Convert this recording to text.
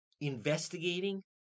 investigating